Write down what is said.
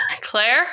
Claire